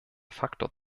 faktor